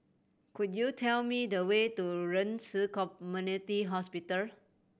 could you tell me the way to Ren Ci Community Hospital